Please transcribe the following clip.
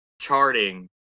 charting